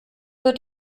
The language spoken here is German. wird